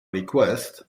request